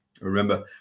remember